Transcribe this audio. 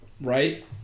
right